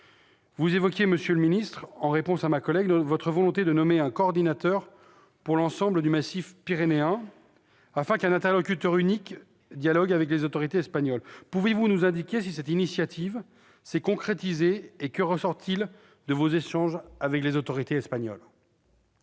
collègue, monsieur le secrétaire d'État, vous avez exprimé votre volonté de nommer un coordinateur pour l'ensemble du massif pyrénéen, afin qu'un interlocuteur unique dialogue avec les autorités espagnoles : pouvez-vous nous indiquer si cette initiative s'est concrétisée et ce qui ressort de vos échanges avec les autorités espagnoles ?